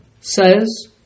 says